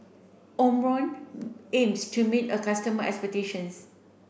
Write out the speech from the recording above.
Omron aims to meet a customer expectations